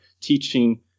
teaching